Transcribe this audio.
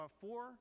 four